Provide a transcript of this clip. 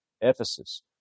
Ephesus